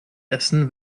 essen